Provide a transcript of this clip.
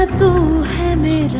ah to me,